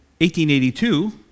1882